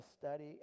study